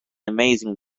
amazing